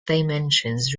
dimensions